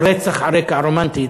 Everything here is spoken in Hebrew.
או רקע רומנטי,